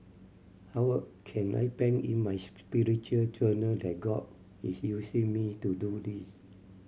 how can I pen in my spiritual journal that God is using me to do this